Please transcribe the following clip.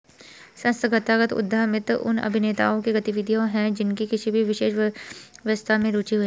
संस्थागत उद्यमिता उन अभिनेताओं की गतिविधियाँ हैं जिनकी किसी विशेष व्यवस्था में रुचि है